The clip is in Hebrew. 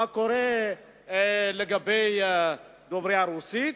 מה לגבי דוברי הרוסית,